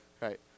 Right